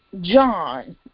John